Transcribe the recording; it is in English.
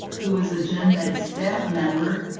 who is a genbank staff member.